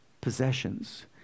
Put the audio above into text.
possessions